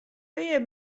pear